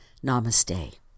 Namaste